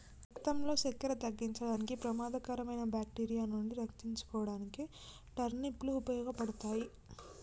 రక్తంలో సక్కెర తగ్గించడానికి, ప్రమాదకరమైన బాక్టీరియా నుండి రక్షించుకోడానికి టర్నిప్ లు ఉపయోగపడతాయి